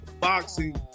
boxing